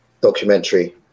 documentary